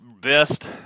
best